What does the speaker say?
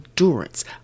endurance